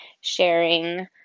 sharing